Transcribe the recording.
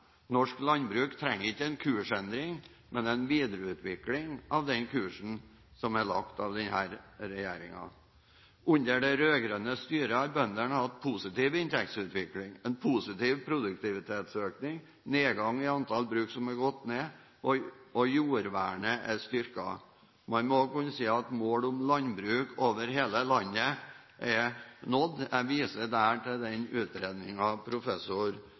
Norsk landbruk trenger ikke en kursendring, men en videreutvikling av den kursen som er lagt av denne regjeringen. Under det rød-grønne styret har bøndene hatt en positiv inntektsutvikling og en positiv produktivitetsøkning, det har vært nedgang i antall bruk som er lagt ned, og jordvernet er styrket. Man må kunne si at målet om landbruk over hele landet er nådd. Jeg viser der til den utredningen professor